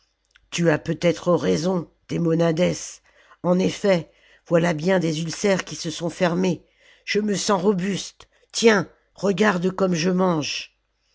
tu as peut-être raison demonades en effet voilà bien des ulcères qui se sont fermés je me sens robuste tiens regarde comme je mange